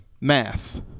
math